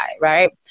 right